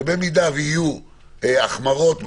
שבמידה ויהיו החמרות בתקנות,